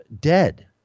dead